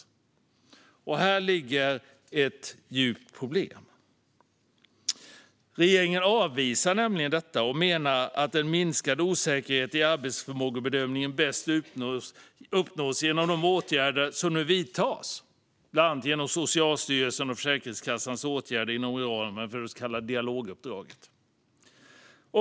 Här ligger ett djupt problem. Regeringen avvisar nämligen detta och menar att minskad osäkerhet i arbetsförmågebedömningen bäst uppnås genom de åtgärder som nu vidtas, bland annat genom Socialstyrelsens och Försäkringskassans åtgärder inom ramen för det så kallade dialoguppdraget.